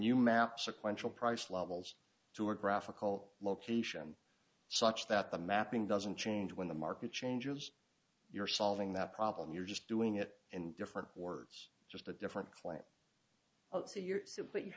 you map sequential price levels to a graphical location such that the mapping doesn't change when the market changes you're solving that problem you're just doing it in different words just a different client say you